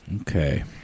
Okay